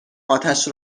اتش